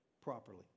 properly